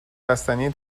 بستنی